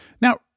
Now